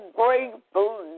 grateful